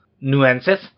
nuances